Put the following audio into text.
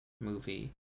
movie